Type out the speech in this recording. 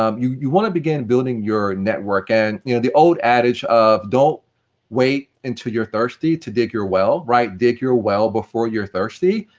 um you you want to begin building your network, and you know the old adage of don't wait until you're thirsty to dig your well, dig your well before your thirsty,